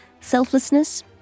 selflessness